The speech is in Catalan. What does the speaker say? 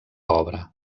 obra